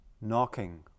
knocking